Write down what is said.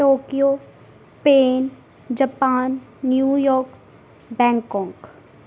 Tokyo Spain Japan New York Bangkok